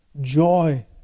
joy